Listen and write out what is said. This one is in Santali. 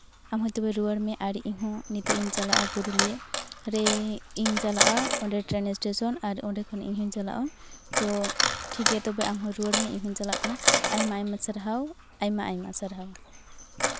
ᱟᱢᱦᱚᱸ ᱛᱚᱵᱮ ᱨᱩᱣᱟᱹᱲ ᱢᱮ ᱟᱨ ᱤᱧᱦᱚᱸ ᱱᱤᱛᱚᱜ ᱤᱧ ᱪᱟᱞᱟᱜᱼᱟ ᱯᱩᱨᱩᱞᱤᱭᱟᱹ ᱨᱮ ᱤᱧ ᱪᱟᱞᱟᱜᱼᱟ ᱚᱸᱰᱮ ᱴᱨᱮᱱ ᱮᱥᱴᱮᱥᱚᱱ ᱟᱨ ᱚᱸᱰᱮ ᱠᱷᱚᱱ ᱤᱧᱦᱚᱸᱧ ᱪᱟᱞᱟᱜᱼᱟ ᱳ ᱴᱷᱤᱠ ᱜᱮᱭᱟ ᱛᱚᱵᱮ ᱟᱢᱦᱚᱸ ᱨᱩᱣᱟᱹᱲ ᱢᱮ ᱤᱧᱦᱚᱸᱧ ᱪᱟᱞᱟᱜ ᱠᱟᱱᱟ ᱟᱭᱢᱟ ᱟᱭᱢᱟ ᱥᱟᱨᱦᱟᱣ ᱟᱭᱢᱟ ᱟᱭᱢᱟ ᱟᱭᱢᱟ ᱥᱟᱨᱦᱟᱣ